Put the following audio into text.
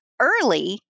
early